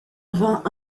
vingt